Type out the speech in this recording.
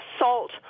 assault